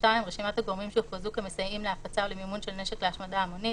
רשימת הגורמים שהוכרזו כמסייעים להפצה ולמימון של נשק להשמדה המונית